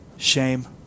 Shame